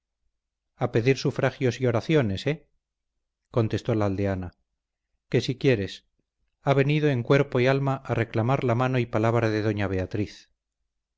a pedir sufragios y oraciones eh contestó la aldeana que si quieres ha venido en cuerpo y alma a reclamar la mano y palabra de doña beatriz